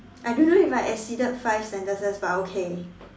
I don't know if I exceeded five sentences but okay